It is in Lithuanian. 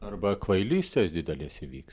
arba kvailystės didelės įvyks